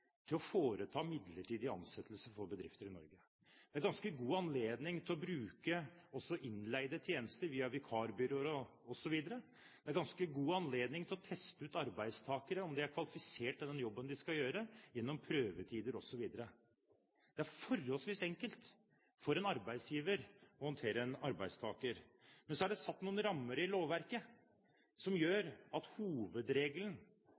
til å foreta midlertidige ansettelser for bedrifter i Norge. Det er ganske god anledning til å bruke også innleide tjenester via vikarbyråer osv. Det er ganske god anledning til å teste ut arbeidstakere, om de er kvalifisert til den jobben de skal gjøre, gjennom prøvetider osv. Det er forholdsvis enkelt for en arbeidsgiver å håndtere en arbeidstaker. Men så er det satt noen rammer i lovverket som